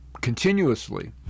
continuously